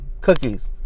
Cookies